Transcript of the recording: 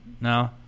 No